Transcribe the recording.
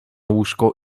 łóżko